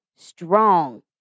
Strong